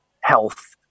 health